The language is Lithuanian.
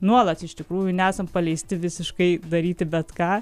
nuolat iš tikrųjų nesam paleisti visiškai daryti bet ką